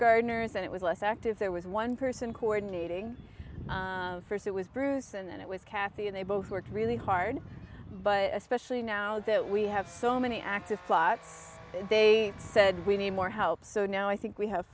gardeners and it was less active there was one person coordinating first it was bruce and then it was cathy and they both worked really hard but especially now that we have so many active plots they said we need more help so now i think we have